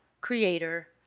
creator